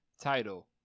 title